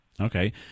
Okay